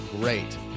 great